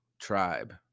tribe